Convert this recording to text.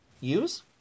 use